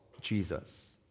Jesus